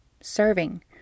serving